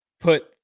put